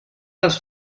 les